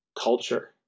culture